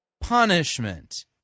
punishment